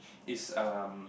is um